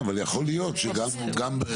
כן, אבל יכול להיות שגם בפריפריה.